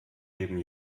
neben